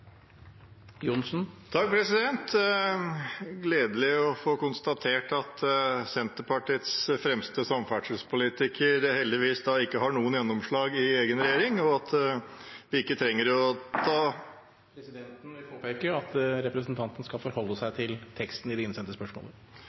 gledelig å få konstatert at Senterpartiets fremste samferdselspolitiker heldigvis ikke har noe gjennomslag i egen regjering, og at vi ikke trenger … Presidenten vil påpeke at representanten skal forholde seg til teksten i det innsendte spørsmålet.